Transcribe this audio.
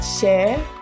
share